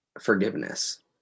forgiveness